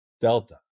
delta